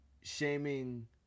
shaming